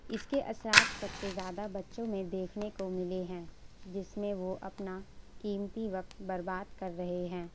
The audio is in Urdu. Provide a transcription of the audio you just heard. اس کے اثرات سب سے زیادہ بچوں میں دیکھنے کو ملے ہیں جس میں وہ اپنا قیمتی وقت برباد کر رہے ہیں